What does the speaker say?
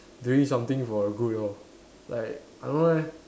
doing something for the good lor like I don't know leh